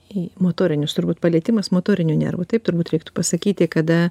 į motorinius turbūt palietimas motorinių nervų taip turbūt reiktų pasakyti kada